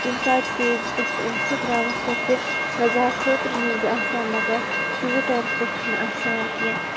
کُنہِ ساتہٕ چھُ فیس بُکَس اِنَسٹاگرٛامَس پٮ۪ٹھ تہِ مَزاق خٲطرٕ نِوزٕ آسان مگر ٹُوِٹَرَس پٮ۪ٹھ چھِنہٕ آسان کینٛہہ